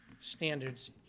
standards